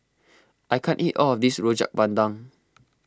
I can't eat all of this Rojak Bandung